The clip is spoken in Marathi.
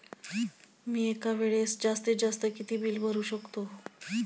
मी एका वेळेस जास्तीत जास्त किती बिल भरू शकतो?